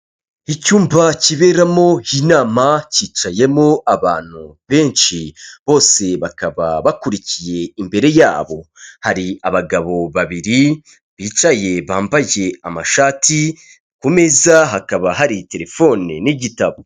Icyumba kiberamo iyi inama cyicayemo abantu benshi bose bakaba bakurikiye imbere yabo. Hari abagabo babiri bicaye bambaye amashati ku meza hakaba hari telefoni n'igitabo.